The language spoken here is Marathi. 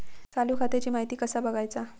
चालू खात्याची माहिती कसा बगायचा?